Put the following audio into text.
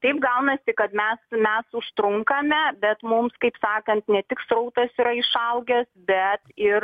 taip gaunasi kad mes mes užtrunkame bet mums kaip sakan ne tik srautas yra išaugęs bet ir